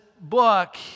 book